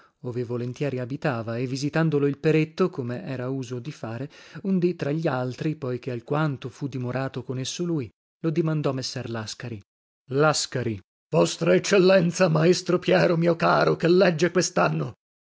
ove volentieri abitava e visitandolo il peretto come era uso di fare un dì tra gli altri poi che alquanto fu dimorato con esso lui lo dimandò messer lascari lasc vostra eccellenza maestro piero mio caro che legge questanno